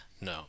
no